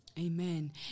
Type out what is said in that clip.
Amen